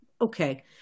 Okay